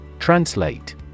Translate